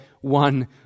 one